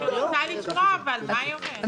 אבל אני רוצה לשמוע מה היא אומרת.